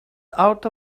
out